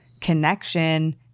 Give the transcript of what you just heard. connection